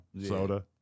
soda